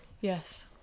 Yes